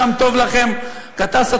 שם טוב לכם גטאס,